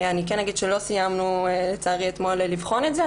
לצערי לא סיימנו עד אתמול לבחון את זה,